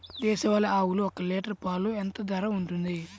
దేశవాలి ఆవులు ఒక్క లీటర్ పాలు ఎంత ధర ఉంటుంది?